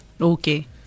Okay